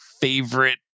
favorite